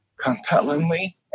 compellingly